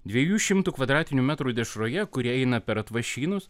dvietų šimtų kvadratinių metrų dešroje kuri eina per atvašynus